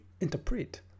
interpret